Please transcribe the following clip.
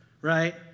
right